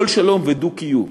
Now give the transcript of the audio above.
של כל שלום ודו-קיום.